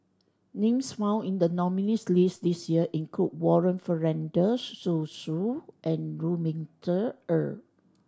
names found in the nominees' list this year include Warren Fernandez Zhu Xu and Lu Ming Teh Earl